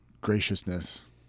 graciousness